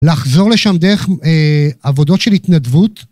לחזור לשם דרך עבודות של התנדבות.